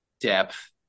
depth